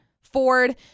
Ford